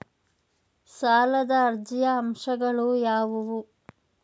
ಸಾಲದ ಅರ್ಜಿಯ ಅಂಶಗಳು ಯಾವುವು?